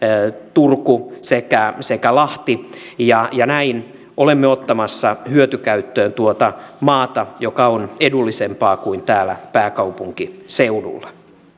turku sekä sekä lahti ja ja näin olemme ottamassa hyötykäyttöön tuota maata joka on edullisempaa kuin täällä pääkaupunkiseudulla